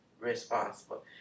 responsible